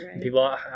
people